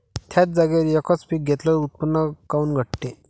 थ्याच जागेवर यकच पीक घेतलं त उत्पन्न काऊन घटते?